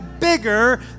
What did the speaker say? bigger